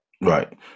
right